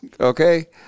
Okay